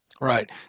Right